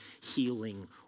healing